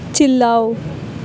چلاؤ